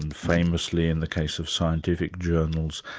and famously in the case of scientific journals,